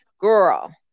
girl